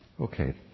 Okay